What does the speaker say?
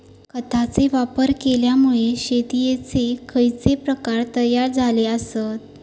खतांचे वापर केल्यामुळे शेतीयेचे खैचे प्रकार तयार झाले आसत?